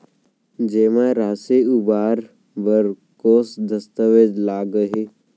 जेमा राशि उबार बर कोस दस्तावेज़ लागही?